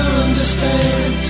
understand